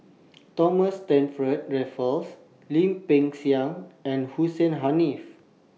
Thomas Stamford Raffles Lim Peng Siang and Hussein Haniff